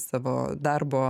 savo darbo